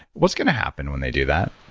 what's going to happen when they do that?